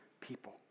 people